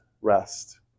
rest